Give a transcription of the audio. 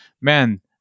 Man